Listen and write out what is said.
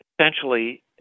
essentially